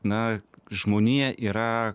na žmonija yra